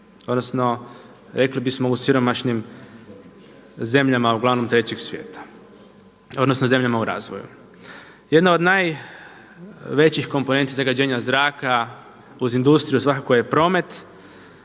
Odnosno rekli bismo u siromašnim zemljama uglavnom 3. svijeta, odnosno zemljama u razvoju. Jedna od najvećih komponenti zagađenja zraka uz industriju svakako je promet.